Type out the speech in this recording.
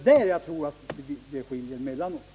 Där tror jag det skiljer mellan oss.